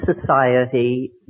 society